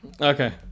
Okay